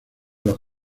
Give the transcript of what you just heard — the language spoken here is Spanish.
los